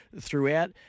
throughout